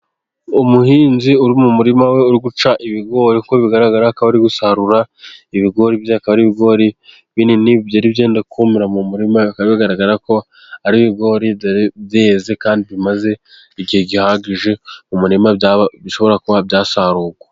Umuhinzi uri mu murima we, uri guca ibigori kuko bigaragara, akaba ari gusarura ibigori bye akaba ari ibigori binini byenda kumira mu murima, bikaba bigaragara ko ari ibigori byeze kandi bimaze igihe gihagije mu muririma, bishobora kuba byasarurwa.